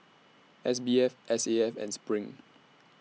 S B F S A F and SPRING